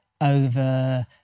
over